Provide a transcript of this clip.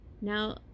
Now